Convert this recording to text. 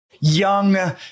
young